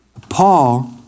Paul